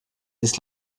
des